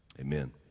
Amen